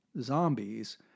zombies